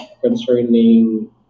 concerning